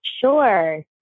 Sure